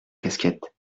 casquette